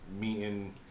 meeting